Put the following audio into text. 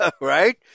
Right